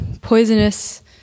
poisonous